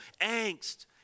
angst